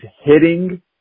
hitting